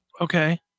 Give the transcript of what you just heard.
Okay